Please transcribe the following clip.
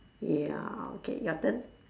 ya okay your turn